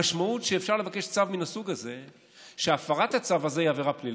המשמעות שאפשר לבקש צו מן הסוג הזה היא שהפרת הצו הזה היא עבירה פלילית.